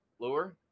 lure